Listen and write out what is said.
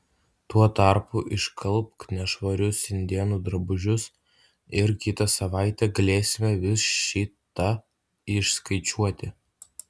tuo tarpu išskalbk nešvarius indėnų drabužius ir kitą savaitę galėsime vis šį tą išskaičiuoti